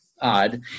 odd